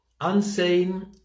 unseen